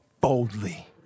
boldly